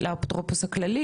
לאפוטרופוס הכללי?